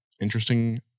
Interesting